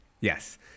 Yes